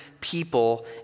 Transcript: people